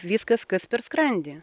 viskas kas per skrandį